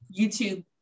YouTube